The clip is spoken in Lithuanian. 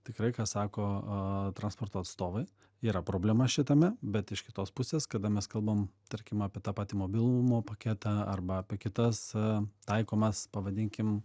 tikrai ką sako transporto atstovai yra problema šitame bet iš kitos pusės kada mes kalbam tarkim apie tą patį mobilumo paketą arba apie kitas taikomas pavadinkim